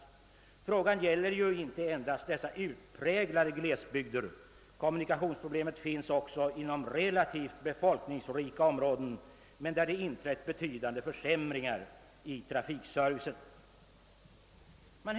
Denna fråga gäller ju inte endast utpräglade glesbygder. Det finns kommunikationsproblem även inom relativt befolkningsrika områden, där det har inträtt betydande försämringar i trafikservicen.